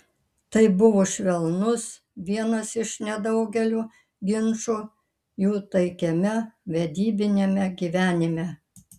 tai buvo švelnus vienas iš nedaugelio ginčų jų taikiame vedybiniame gyvenime